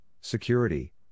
security